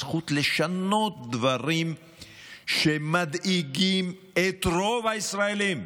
זכות לשנות דברים שמדאיגים את רוב הישראלים.